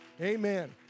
Amen